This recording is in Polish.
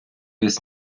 jest